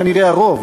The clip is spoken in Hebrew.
כנראה הרוב,